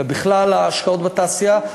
ובכלל ההשקעות בתעשייה.